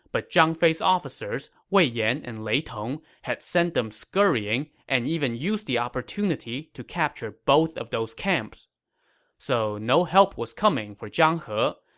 but zhang fei's officers, wei yan and lei tong, had sent them scurrying and used the opportunity to capture both of those camps so no help was coming for zhang he.